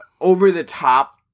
over-the-top